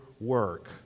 work